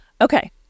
Okay